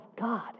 God